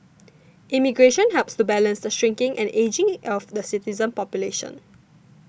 immigration helps to balance the shrinking and ageing of the citizen population